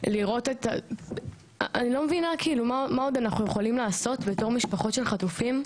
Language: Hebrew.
אני לא מבינה מה עוד אנחנו יכולים לעשות בתור משפחות של חטופים,